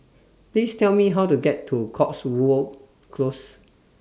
Please Tell Me How to get to Cotswold Close